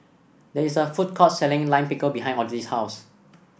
there is a food court selling Lime Pickle behind Odile's house